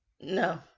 No